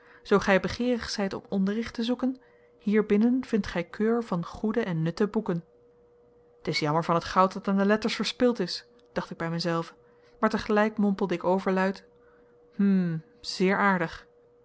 zoo gij begeerig zijt om onderricht te zoeken hier binnen vindt gij keur van goede en nutte boeken t is jammer van t goud dat aan de letters verspild is dacht ik bij mijzelven maar te gelijk mompelde ik overluid hm zeer aardig